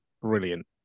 brilliant